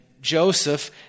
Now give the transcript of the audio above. Joseph